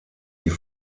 die